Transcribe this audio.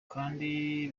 kandi